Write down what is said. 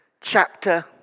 chapter